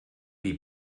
die